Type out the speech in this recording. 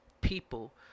people